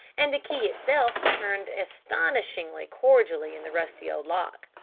and the key itself turned astonishingly cordially in the rusty old lock.